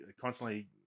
constantly